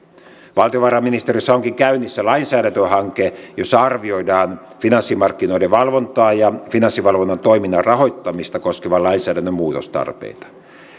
valtiovarainministeriössä onkin käynnissä lainsäädäntöhanke jossa arvioidaan finanssimarkkinoiden valvontaa ja finanssivalvonnan toiminnan rahoittamista koskevan lainsäädännön muutostarpeita